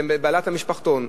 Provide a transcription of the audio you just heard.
לבעלת המשפחתון.